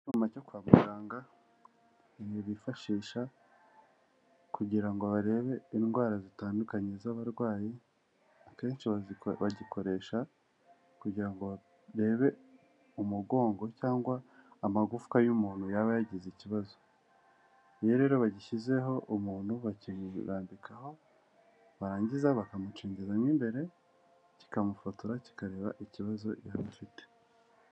Icyuma cyo kwa muganga bifashisha kugira ngo barebe indwara zitandukanye z'abarwayi, akenshi bagikoresha kugira ngo barebe umugongo cyangwa amagufwa y'umuntu yaba yagize ikibazo, rero iyo bagishyizeho umuntu bakirambikaho barangiza bakamucengeza mo imbere kikamufotora kikareba ikibazo yaba afite.